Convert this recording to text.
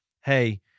hey